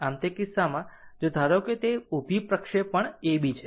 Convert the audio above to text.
આમ તે કિસ્સામાં જો ધારો કે ઊભી પ્રક્ષેપણ AB છે